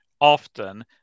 often